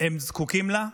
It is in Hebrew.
שהם זקוקים לה.